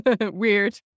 Weird